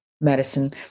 medicine